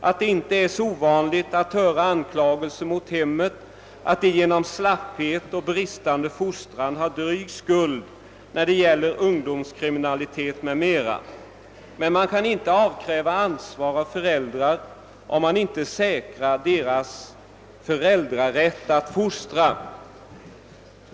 Det är inte så ovanligt att höra att det genom slapphet och bristande fostran har dryg skuld när det gäller kriminalitet m.m. Men man kan inte avkräva föräldrarna ansvar, om man inte säkrar deras föräldrarätt att fostra.